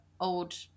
old